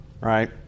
right